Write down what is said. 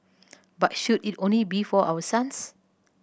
but should it only be for our sons